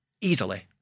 easily